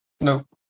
Nope